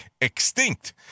extinct